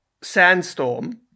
Sandstorm